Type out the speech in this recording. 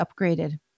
upgraded